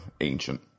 ancient